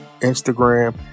instagram